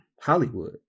Hollywood